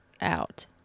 out